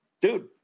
Dude